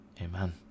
amen